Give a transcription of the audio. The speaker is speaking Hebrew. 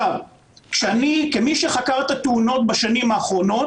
כמי שחקר את התאונות בשנים האחרונות